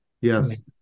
Yes